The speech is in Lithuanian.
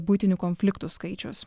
buitinių konfliktų skaičius